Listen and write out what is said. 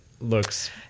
looks